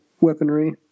weaponry